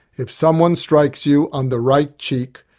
if someone strikes you on the right cheek,